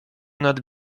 nad